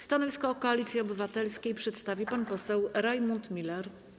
Stanowisko Koalicji Obywatelskiej przedstawi pan poseł Rajmund Miller.